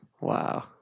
Wow